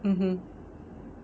mmhmm